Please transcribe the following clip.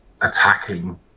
attacking